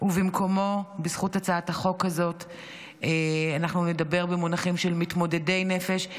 ובמקומו בזכות הצעת החוק הזאת אנחנו נדבר במונחים של "מתמודדי נפש".